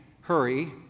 hurry